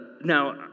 now